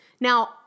Now